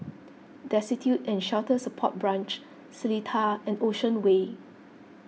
Destitute and Shelter Support Branch Seletar and Ocean Way